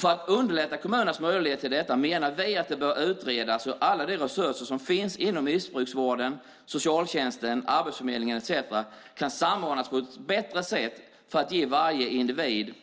För att underlätta kommunernas möjligheter till detta menar vi att det bör utredas hur alla de resurser som finns inom missbrukarvården, socialtjänsten, Arbetsförmedlingen etcetera kan samordnas på ett bättre sätt för att varje individ ska